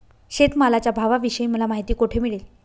शेतमालाच्या भावाविषयी मला माहिती कोठे मिळेल?